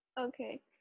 Okay